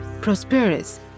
prosperous